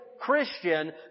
Christian